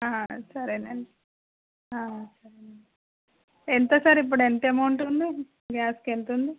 సరేనండి సరేనండి ఎంత సార్ ఇప్పుడు ఎంత అమౌంట్ ఉంది గ్యాస్కి ఎంతుంది